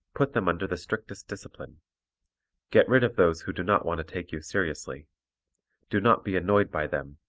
put them under the strictest discipline get rid of those who do not want to take you seriously do not be annoyed by them,